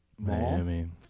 Miami